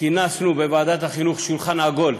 כינסנו בוועדת החינוך שולחן עגול,